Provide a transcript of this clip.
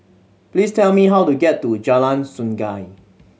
please tell me how to get to Jalan Sungei